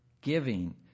Giving